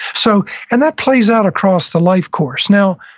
so and that plays out across the life course now,